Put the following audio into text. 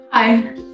Hi